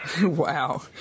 Wow